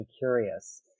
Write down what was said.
curious